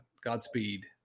Godspeed